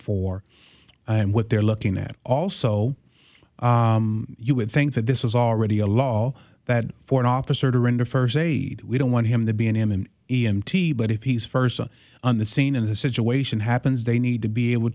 for and what they're looking at also you would think that this is already a law that for an officer to render first aid we don't want him to be an m an e m t but if he's first on the scene and the situation happens they need to be able